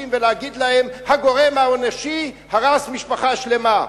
ולהגיד להם: הגורם האנושי הרס משפחה שלמה.